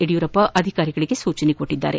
ಯಡಿಯೂರಪ್ಪ ಅಧಿಕಾರಿಗಳಗೆ ಸೂಚಿಸಿದ್ದಾರೆ